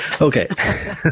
Okay